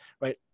right